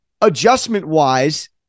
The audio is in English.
adjustment-wise